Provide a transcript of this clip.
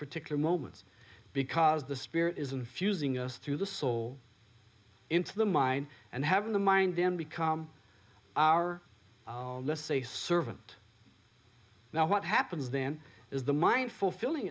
particular moments because the spirit is infusing us through the soul into the mind and having the mind then become our less a servant now what happens then is the mind fulfilling